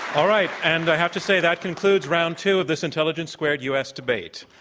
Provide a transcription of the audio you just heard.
all right. and i have to say that concludes round two of this intelligence squared u. s. debate.